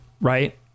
right